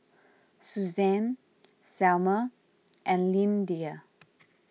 Suzan Selmer and Lyndia